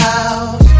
out